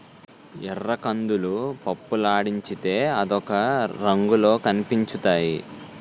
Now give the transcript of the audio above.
ఎర్రకందులు పప్పులాడించితే అదొక రంగులో కనిపించుతాయి